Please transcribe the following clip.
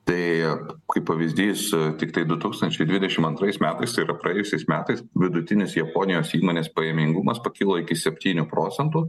tai kaip pavyzdys tiktai du tūkstančiai dvidešim antrais metais tai yra praėjusiais metais vidutinis japonijos įmonės pajamingumas pakilo iki septynių procentų